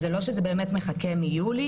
אז זה לא שזה באמת מחכה מיולי,